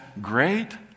great